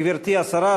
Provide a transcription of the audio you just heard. גברתי השרה,